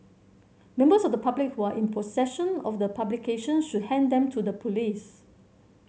members of the public who are in possession of the publications should hand them to the police